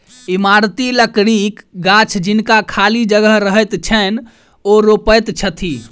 इमारती लकड़ीक गाछ जिनका खाली जगह रहैत छैन, ओ रोपैत छथि